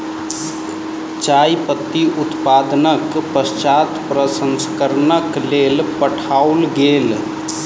चाय पत्ती उत्पादनक पश्चात प्रसंस्करणक लेल पठाओल गेल